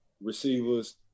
receivers